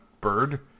bird